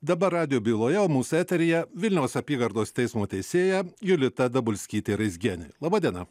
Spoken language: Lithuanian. dabar radijo byloje o mūsų eteryje vilniaus apygardos teismo teisėja julita dabulskytė raizgienė laba diena